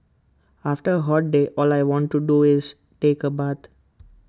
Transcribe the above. after A hot day all I want to do is take A bath